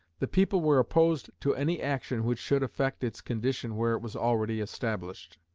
the people were opposed to any action which should affect its condition where it was already established.